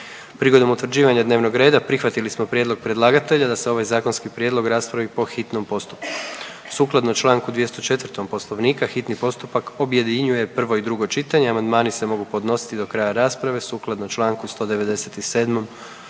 Prigodom utvrđivanja dnevnog reda prihvatili smo prijedlog predlagatelja da se ovaj zakonski prijedlog raspravi po hitnom postupku. Sukladno čl. 204. Poslovnika hitni postupak objedinjuje prvo i drugo čitanje, a amandmani se mogu podnositi do kraja rasprave sukladno čl. 197. Poslovnika.